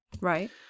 Right